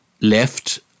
left